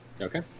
okay